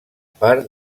part